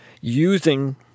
Using